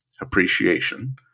appreciation